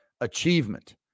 achievement